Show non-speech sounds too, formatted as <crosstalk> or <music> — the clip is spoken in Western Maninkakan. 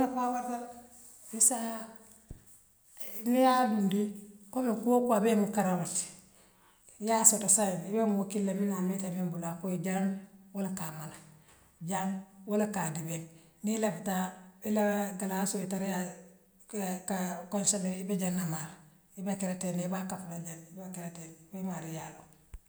<unintelligible> a wartale de issaa niŋ yaa dundi kommu kuwoo kuu abee muŋ karaŋoo leti ňiŋ yaa soto saaňee ibe moo kilile minaa a meeta bee bulu la ako ye jaŋ woo la kaa mala jaŋ woo laka dibeŋ nii ilaftaa ilaa galasso ye tariaa kee kaa konsele ibe jaŋ le maale ibe kele teŋ ne ibaa kafula jaŋ ne ibaa kela teŋ foo imaari yaa loŋ.